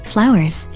Flowers